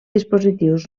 dispositius